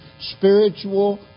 Spiritual